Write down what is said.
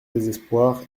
désespoir